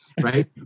right